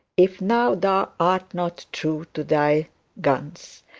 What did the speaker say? if now thou art not true to thy guns,